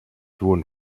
wurden